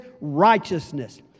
righteousness